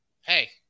hey